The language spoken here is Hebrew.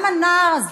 גם הנער הזה,